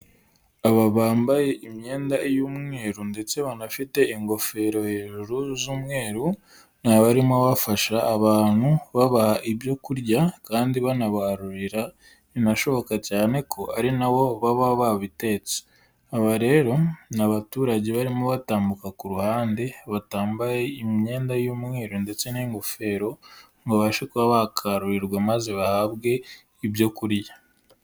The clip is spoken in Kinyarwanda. Aba bambaye imyenda y'umweru ndetse banafite ingofero hejuru z'umweru, ni abarimo bafasha abantu, babaha ibyo kurya kandi banabarurira, binashoboka cyane ko ari na bo baba babitetse. Aba rero ni abaturage barimo batambuka ku ruhande, batambaye imyenda y'umweru ndetse n'ingofero ngo babashe kuba bakarurirwa maze bahabwe ibyo kurya.